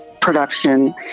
production